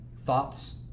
thoughts